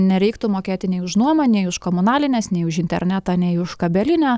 nereiktų mokėti nei už nuomą nei už komunalines nei už internetą nei už kabelinę